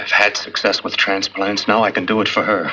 i've had success with transplants now i can do it for